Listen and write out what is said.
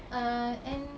err and